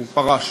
הוא פרש.